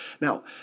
Now